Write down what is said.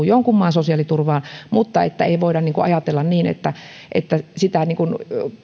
jonkun maan sosiaaliturvaan mutta että ei voida ajatella niin että että sitä